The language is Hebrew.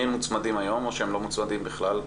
הם מוצמדים היום או שהם לא מוצמדים בכלל?